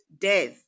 death